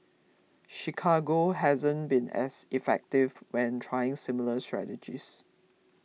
Chicago hasn't been as effective when trying similar strategies